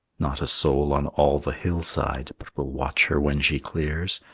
not a soul on all the hillside but will watch her when she clears,